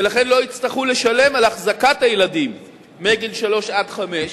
ולכן לא יצטרכו לשלם על החזקת הילדים מגיל שלוש עד חמש.